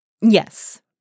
Yes